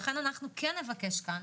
לכן כן נבקש כאן,